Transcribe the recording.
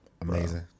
amazing